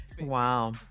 wow